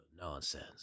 nonsense